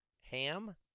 ham